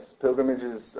pilgrimages